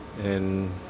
and